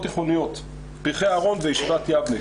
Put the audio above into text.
תיכוניות: "פרחי אהרון" וישיבת "יבנה".